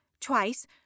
twice